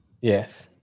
Yes